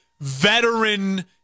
veteran